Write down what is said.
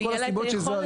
מכל הסיבות שזהר הזכירה.